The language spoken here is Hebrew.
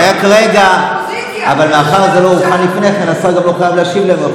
אתה מתפקד על הפנים, ולכן כל שאלה היא רלוונטית.